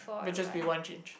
which is we want change